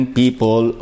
people